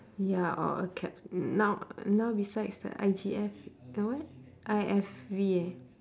ya all cap now now besides the I_G_F and what I_F_V eh